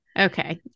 Okay